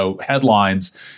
headlines